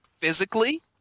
physically